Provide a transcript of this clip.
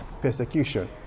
persecution